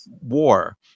war